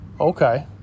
Okay